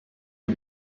you